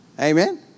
Amen